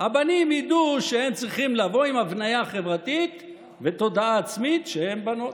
הבנים ידעו שהם צריכים לבוא עם הבנייה חברתית ותודעה עצמית שהם בנות.